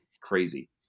crazy